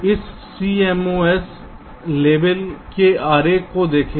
तो हम इस CMOS लेवल के आरेख को देखें